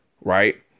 Right